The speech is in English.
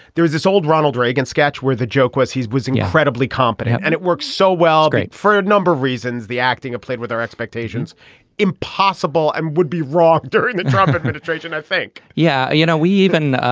there was this old ronald reagan sketch where the joke was he was an incredibly competent. and it worked so well great for a number of reasons the acting played with our expectations impossible and would be wrong during the trump administration i think yeah. you know we even